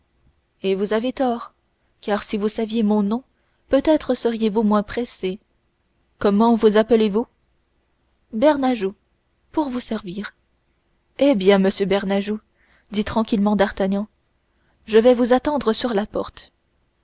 et vous avez tort car si vous saviez mon nom peut-être seriez-vous moins pressé comment vous appelez-vous bernajoux pour vous servir eh bien monsieur bernajoux dit tranquillement d'artagnan je vais vous attendre sur la porte